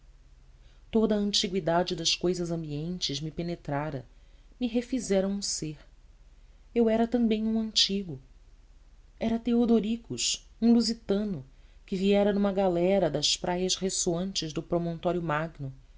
a antigüidade das cousas ambientes me penetrara me refizera um ser eu era também um antigo era teodoricus um lusitano que viera numa galera das praias ressoantes do promontório magno